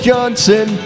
Johnson